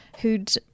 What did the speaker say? who'd